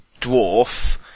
dwarf